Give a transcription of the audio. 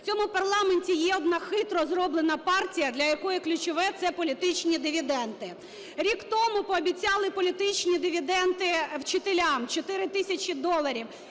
В цьому парламенті є одна хитро зроблена партія, для якої ключове – це політичні дивіденди. Рік тому пообіцяли політичні дивіденди вчителям – 4 тисячі доларів,